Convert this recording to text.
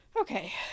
Okay